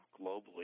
globally